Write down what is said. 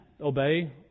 obey